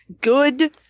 Good